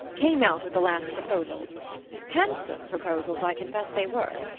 came out with the last proposals handsome proposals i confess they were.